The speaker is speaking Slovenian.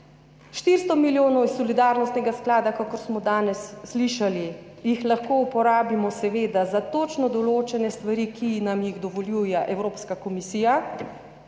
400 milijonov iz Solidarnostnega sklada, kakor smo danes slišali, lahko uporabimo seveda za točno določene stvari, ki nam jih dovoljuje Evropska komisija,